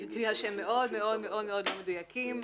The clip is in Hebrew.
בגלל שהם מאוד מאוד מאוד לא מדויקים.